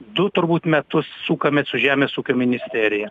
du turbūt metus sukamės su žemės ūkio ministerija